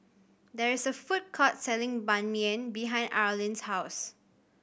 there is a food court selling Ban Mian behind Arlin's house